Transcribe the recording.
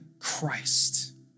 Christ